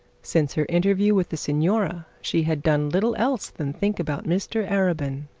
since her interview with the signora she had done little else than think about mr arabin,